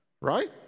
right